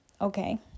okay